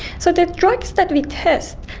so the drugs that we test,